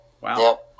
Wow